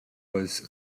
was